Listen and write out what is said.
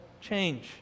change